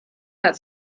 that